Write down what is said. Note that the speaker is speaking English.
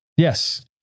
Yes